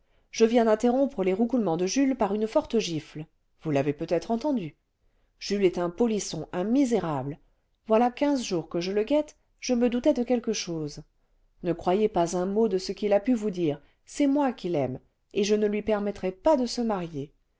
je viens d'interrompre les roucoulements de jules par nue forte gifle vous l'avez peut-être entendu jules est un polisson un misérable voilà quinze jours que je le guette je me doutais de quelque chose ne croyez pas un mot cle ce qu'il a pu vous dire c'est moi qu'il aime et je ne lui permettrai pas de se marier